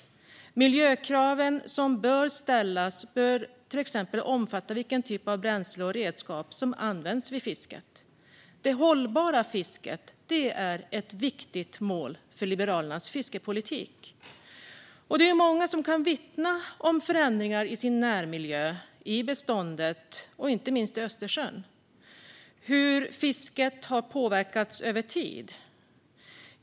De miljökrav som bör ställas bör till exempel omfatta vilken typ av bränsle och redskap som används vid fisket. Det hållbara fisket är ett viktigt mål för Liberalernas fiskepolitik. Många kan vittna om förändringar av beståndet i sin närmiljö, inte minst i Östersjön - hur fisket har påverkats över tid.